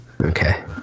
Okay